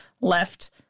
left